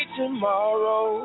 tomorrow